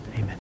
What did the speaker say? Amen